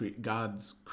God's